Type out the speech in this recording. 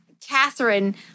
Catherine